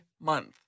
month